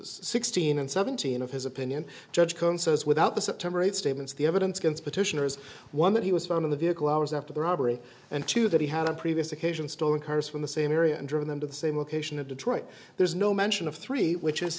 sixteen and seventeen of his opinion judge cohen says without the september eighth statements the evidence against petitioners one that he was found in the vehicle hours after the robbery and two that he had on previous occasions stolen cars from the same area and drove them to the same location to detroit there's no mention of three which is